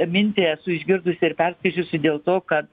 mintį esu išgirdusi ir perskaičiusi dėl to kad